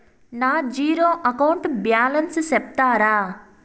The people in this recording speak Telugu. నా జీరో అకౌంట్ బ్యాలెన్స్ సెప్తారా?